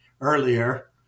earlier